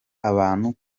abantu